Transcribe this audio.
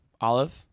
Olive